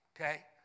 Okay